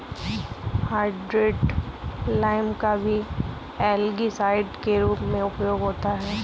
hydrated lime का भी algicide के रूप में उपयोग होता है